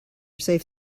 safe